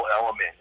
element